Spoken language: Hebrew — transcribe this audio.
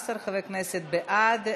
14 חברי כנסת בעד,